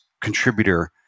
contributor